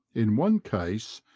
in one case,